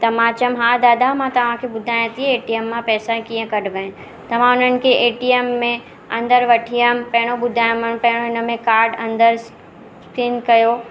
त मां चयमि हा दादा मां तव्हांखे ॿुधाया थी एटीएम मां पैसा कीअं कढॿा आहिनि त मां हुननि खे एटीएम में अंदरु वठी वयमि पहिरियों ॿुधाइमि मां पहिरियों हुन में काड अंदरु स्कैन कयो